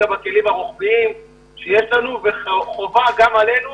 בכלים הרוחביים שיש לנו וחובה גם עלינו